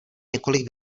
několik